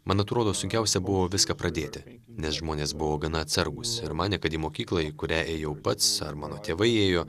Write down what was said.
man atrodo sunkiausia buvo viską pradėti nes žmonės buvo gana atsargūs ir manė kad į mokyklą į kurią ėjau pats ar mano tėvai ėjo